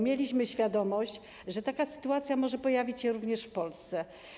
Mieliśmy świadomość, że taka sytuacja może pojawić się również w Polsce.